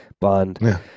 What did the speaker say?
bond